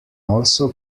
also